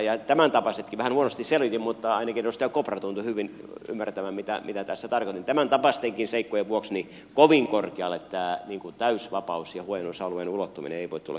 ja tämäntapaistenkin vähän huonosti selvitin mutta ainakin edustaja kopra tuntui hyvin ymmärtävän mitä tässä tarkoitin seikkojen vuoksi ei kovin korkealle tämän täysvapauden ja huojennusalueen ulottuminen voi tulla kysymykseen